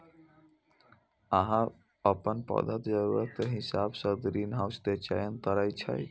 अहां अपन पौधाक जरूरत के हिसाब सं ग्रीनहाउस के चयन कैर सकै छी